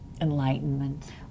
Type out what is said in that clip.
enlightenment